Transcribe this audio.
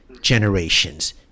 generations